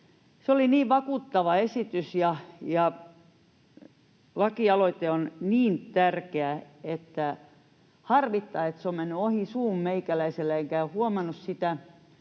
Se oli niin vakuuttava esitys ja lakialoite on niin tärkeä, että harmittaa, että se on mennyt ohi suun meikäläisellä enkä ole huomannut sitä,